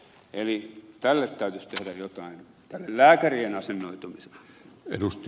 eli tälle täytyisi tehdä jotain tälle lääkärien asennoitumiselle